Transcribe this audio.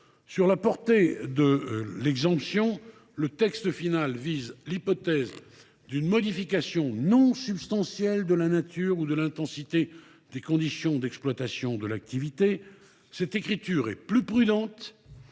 la portée de cette exemption, le texte de la CMP vise l’hypothèse d’une modification non substantielle de la nature ou de l’intensité des conditions d’exercice de l’activité. Cette rédaction est plus prudente